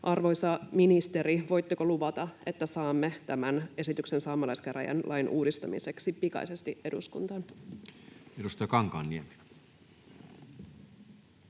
Arvoisa ministeri, voitteko luvata, että saamme tämän esityksen saamelaiskäräjälain uudistamiseksi pikaisesti eduskuntaan? [Speech